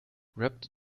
wrapped